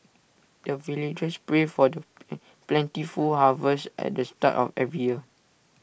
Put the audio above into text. the villagers pray for the plentiful harvest at the start of every year